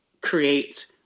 create